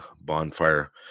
bonfire